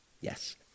yes